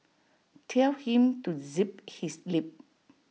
tell him to zip his lip